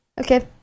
okay